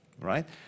Right